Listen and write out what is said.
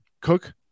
Cook